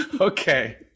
Okay